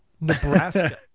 nebraska